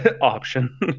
option